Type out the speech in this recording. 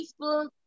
Facebook